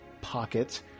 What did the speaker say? pocket